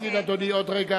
מצביע אריאל אטיאס,